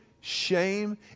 shame